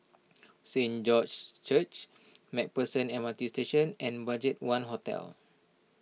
Saint George's Church MacPherson M R T Station and Budgetone Hotel